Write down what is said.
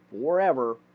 forever